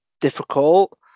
difficult